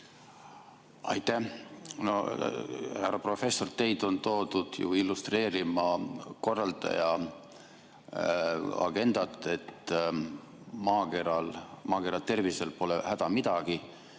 Aitäh! Härra professor! Teid on toodud illustreerima korraldaja agendat, et maakera tervisel pole häda midagi